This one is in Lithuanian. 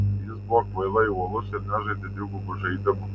jis buvo kvailai uolus ir nežaidė dvigubų žaidimų